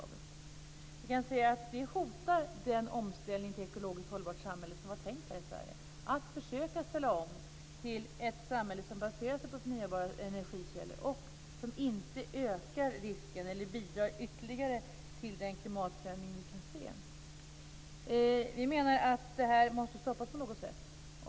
Vi kan se att vi hotar den omställning till ett ekologiskt hållbart samhälle som var tänkt här i Sverige, att försöka ställa om till ett samhälle som baserar sig på förnybara energikällor och som inte ytterligare bidrar till den klimatförändring vi kan se. Vi menar att det här måste stoppas på något sätt.